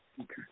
Okay